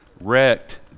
wrecked